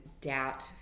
doubt